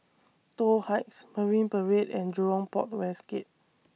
Toh Heights Marine Parade and Jurong Port West Gate